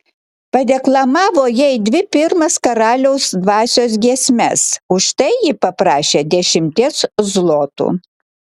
padeklamavo jai dvi pirmas karaliaus dvasios giesmes už tai ji paprašė dešimties zlotų